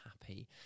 happy